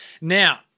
Now